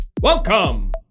welcome